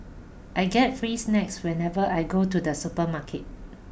I get free snacks whenever I go to the supermarket